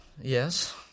Yes